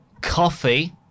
Coffee